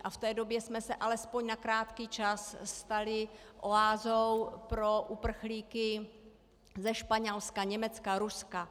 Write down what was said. V té době jsme se alespoň na krátký čas stali oázou pro uprchlíky ze Španělska, Německa, Ruska.